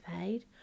paid